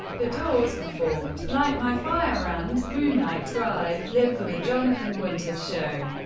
the doors performed light my fire and moonlight drive live for the jonathan winters show.